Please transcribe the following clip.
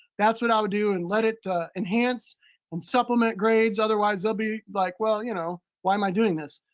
that's what i would do and let it enhance and supplement grades. otherwise, they'll be like, well, you know, why am i doing this?